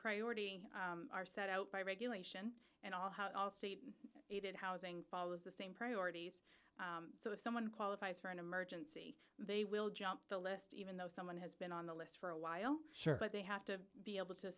priority are set out by regulation and all how i'll state it it housing follows the same priorities so if someone qualifies for an emergency they will jump the list even though someone has been on the list for a while but they have to be able to